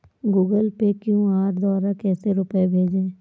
Google Pay QR द्वारा कैसे रूपए भेजें?